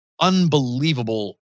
unbelievable